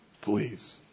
Please